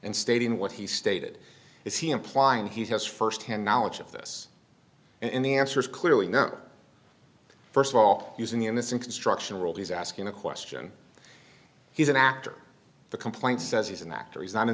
and stating what he stated is he implying he has firsthand knowledge of this and the answer is clearly no first of all using the innocent construction world he's asking a question he's an actor the complaint says he's an actor he's not